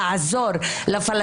לסיום,